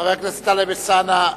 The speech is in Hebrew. חבר הכנסת טלב אלסאנע,